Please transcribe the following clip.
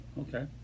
Okay